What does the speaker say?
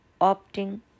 opting